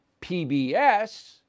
PBS